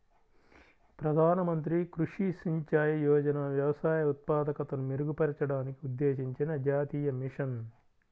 ప్రధాన మంత్రి కృషి సించాయ్ యోజన వ్యవసాయ ఉత్పాదకతను మెరుగుపరచడానికి ఉద్దేశించిన జాతీయ మిషన్